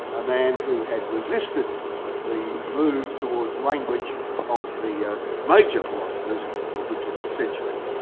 a man who had resisted the move towards language of the ah major philosophers of the twentieth century.